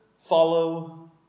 follow